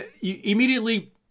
immediately